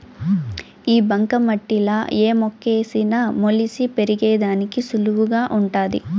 ఈ బంక మట్టిలా ఏ మొక్కేసిన మొలిసి పెరిగేదానికి సులువుగా వుంటాది